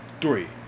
three